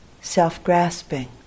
self-grasping